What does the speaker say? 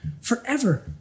forever